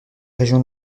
régions